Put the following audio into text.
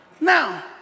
Now